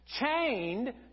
chained